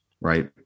Right